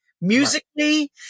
musically